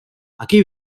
aquí